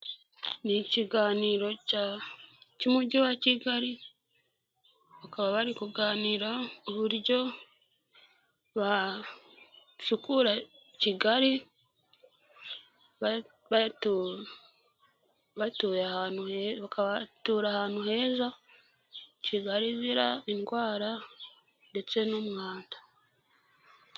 Ni ikiganiro cy'umujyi wa Kigali, bakaba bari kuganira uburyo basukura Kigali, bagatura ahantu heza, Kigali izira indwara ndetse n'umwanda.